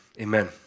Amen